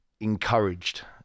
encouraged